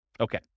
Okay